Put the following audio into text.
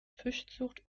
fischzucht